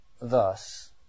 thus